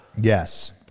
yes